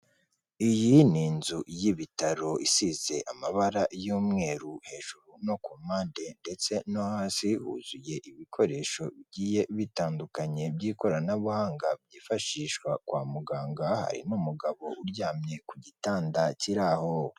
Iyi ni inzu y'ibitaro isize amabara y'umweru, hejuru no ku mpande ndetse no hasi, huzuye ibikoresho bigiye bitandukanye by'ikoranabuhanga, byifashishwa kwa muganga, hari n'umugabo uryamye ku gitanda kiri aho.